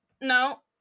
no